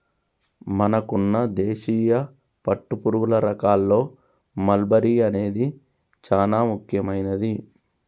మనకున్న దేశీయ పట్టుపురుగుల రకాల్లో మల్బరీ అనేది చానా ముఖ్యమైనది